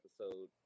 episode